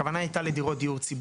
הכוונה הייתה לדירות דיור ציבורי.